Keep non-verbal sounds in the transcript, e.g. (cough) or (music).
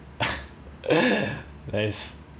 (laughs) nice